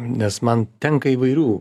nes man tenka įvairių